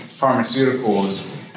Pharmaceuticals